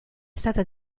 stata